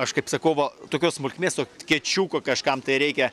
aš kaip sakau va tokios smulkmės to kiečiuko kažkam tai reikia